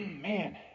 man